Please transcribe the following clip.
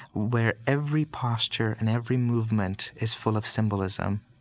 where every posture and every movement is full of symbolism.